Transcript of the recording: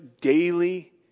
daily